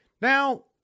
Now